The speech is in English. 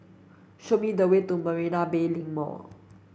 show me the way to Marina Bay Link Mall